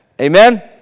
Amen